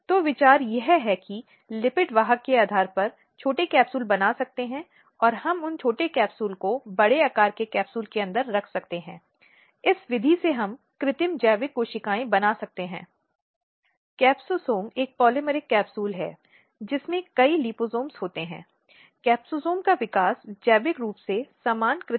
यह सच है जब यह परेबहार किए गए कृत्यों के लिए आता है और इसमें समुदाय के भीतर एक महिला के खिलाफ फिर से शारीरिक यौन और मनोवैज्ञानिक हिंसा के विभिन्न प्रकार शामिल हो सकते हैं और इसमें कार्यस्थल शिक्षण संस्थानों पर बलात्कार यौन शोषण यौन उत्पीड़न धमकी आदि शामिल हो सकते हैं